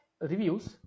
reviews